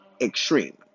extreme